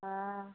हाँ हाँ हाँ